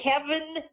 Kevin